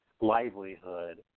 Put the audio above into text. livelihood